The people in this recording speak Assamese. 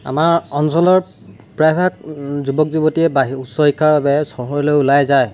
আমাৰ অঞ্চলত প্ৰায়ভাগ যুৱক যুৱতীয়ে বা উচ্চ শিক্ষাৰ বাবে চহৰলৈ ওলাই যায়